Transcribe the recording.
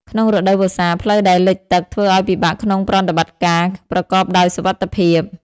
ក្នុងរដូវវស្សា ផ្លូវដែលលិចទឹកធ្វើឱ្យពិបាកក្នុងប្រតិបត្តិការប្រកបដោយសុវត្ថិភាព។